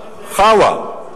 "חאווה"?